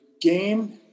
game